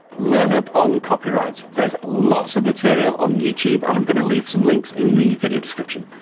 learn up on copyright. there's lots of material on youtube, and i'm gonna leave some links in the video description.